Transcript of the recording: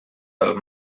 pel